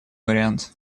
вариант